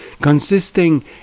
consisting